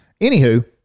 anywho